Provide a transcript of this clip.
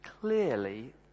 clearly